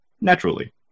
naturally